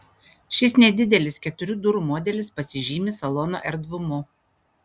šis nedidelis keturių durų modelis pasižymi salono erdvumu